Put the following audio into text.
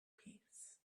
peace